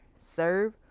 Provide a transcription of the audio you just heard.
Serve